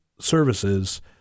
services –